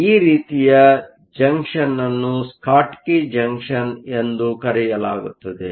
ಈ ರೀತಿಯ ಜಂಕ್ಷನ್ನ್ನು ಸ್ಕಾಟ್ಕಿ ಜಂಕ್ಷನ್ ಎಂದು ಕರೆಯಲಾಗುತ್ತದೆ